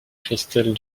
christelle